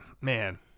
Man